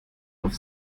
auf